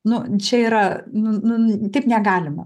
nu čia yra nu nu taip negalima